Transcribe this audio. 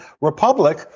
republic